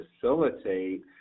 facilitate